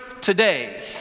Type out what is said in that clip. today